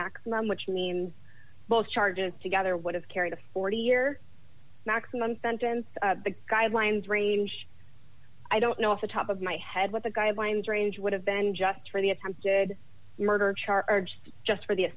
maximum which means both charges together would have carried a forty year maximum sentence the guidelines range i don't know if the top of my head what the guidelines range would have been just for the attempted murder charge just for the